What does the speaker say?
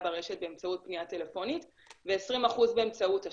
ברשת באמצעות פגיעה טלפונית ו-20% באמצעות הצ'ט,